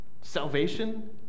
Salvation